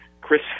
Chris